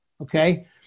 okay